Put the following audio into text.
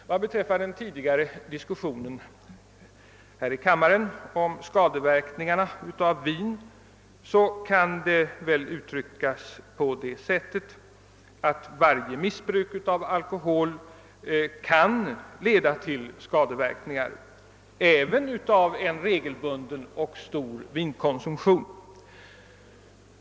Vad beträffar diskussionen här i kammaren om skadeverkningarna av vin kan väl sägas att varje missbruk av alkohol kan leda till skadeverkningar, vilket även gäller en regelbunden och stor vinkonsumtion.